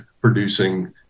producing